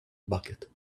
bucket